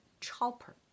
chopper